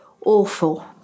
awful